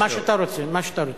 מה שאתה רוצה, מה שאתה רוצה.